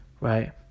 right